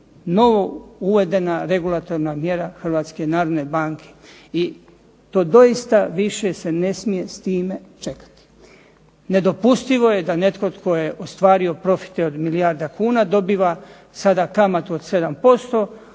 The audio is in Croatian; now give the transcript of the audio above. novo uvedena regulatorna mjera Hrvatske narodne banke i to doista više se ne smije s time čekati. Nedopustivo je da netko tko je ostvario profite od milijardu kuna dobiva sada kamatu od 7%,